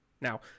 Now